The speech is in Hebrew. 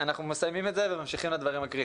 אנחנו מסיימים את זה וממשיכים לדברים הקריטיים.